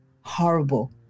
horrible